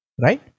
right